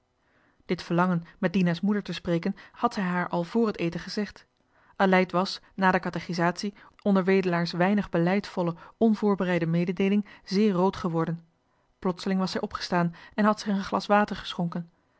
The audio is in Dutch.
dit verlangen met dina's moeder te spreken had zij haar al vr het eten gezegd aleida was na de katechisatie onder wedelaar's weinig beleidvolle onvoorbereide mededeeling zeer rood geworden plotseling was zij opgestaan en had zich een glas water geschonken